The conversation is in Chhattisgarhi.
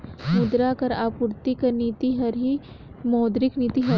मुद्रा कर आपूरति कर नीति हर ही मौद्रिक नीति हवे